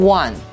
one